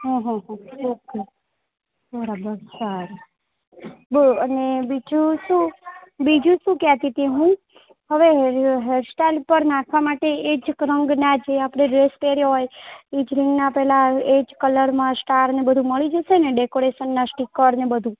હં હં હં ઓકે બરાબર સારું બ અને બીજું શું બીજું શું કહેતી હતી હું હવે હે હેર સ્ટાઈલ પર નાખવા માટે એ જ કરંગના જે આપણે ડ્રેસ પહેર્યો હોય એ જ રંગનાં પેલા એ જ કલરમાં સ્ટારને બધું મળી જશે ને ડેકોરેશનનાં સ્ટીકરને બધું